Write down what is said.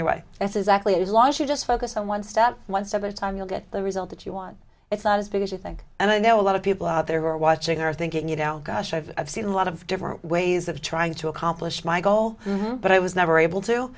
your way that's exactly as long as you just focus on one step at once over time you'll get the result that you want it's not as big as you think and i know a lot of people out there who are watching are thinking you know gosh i've seen a lot of different ways of trying to accomplish my goal but i was never able to